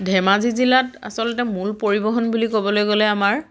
ধেমাজি জিলাত আচলতে মূল পৰিবহণ বুলি ক'বলৈ গ'লে আমাৰ